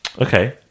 Okay